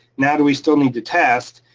now do we still need to test?